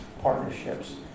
partnerships